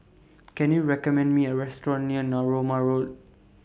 Can YOU recommend Me A Restaurant near Narooma Road